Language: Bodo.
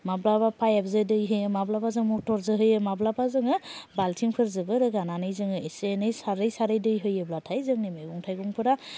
माब्लाबा पाइपजों दै होयो माब्लाबा जों मटरजों होयो माब्लाबा जोङो बालथिंफोरजोंबो रोगानानै जोङो एसे एनै सारै सारै दै होब्लाथाय जोंनि मैगं थाइगंफोरा